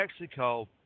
Mexico